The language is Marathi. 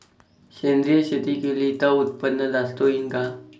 सेंद्रिय शेती केली त उत्पन्न जास्त होईन का?